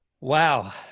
Wow